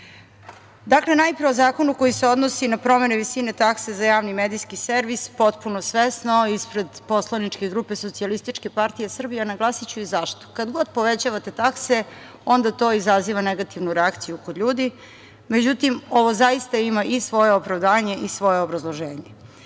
vodi“.Dakle, najpre o zakonu koji se odnosi na promenu visine takse za Javni medijski servis, potpuno svesno ispred poslaničke grupe SPS, a naglasiću i zašto. Kada god povećavate takse onda to izaziva negativnu reakciju kod ljudi, međutim ovo zaista ima i svoje opravdanje i svoje obrazloženje.